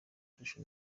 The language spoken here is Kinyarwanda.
kurusha